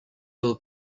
will